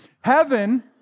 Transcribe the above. Heaven